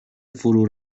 فرو